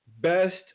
best